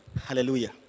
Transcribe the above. Hallelujah